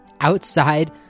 outside